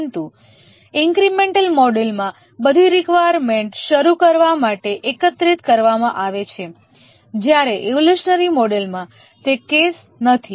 પરંતુ ઈન્ક્રિમેન્ટલ મોડેલમાં બધી રિકવાયર્મેન્ટ શરૂ કરવા માટે એકત્રિત કરવામાં આવે છે જ્યારે ઈવોલ્યુશનરી મોડેલમાં તે કેસ નથી